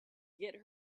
get